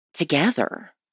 together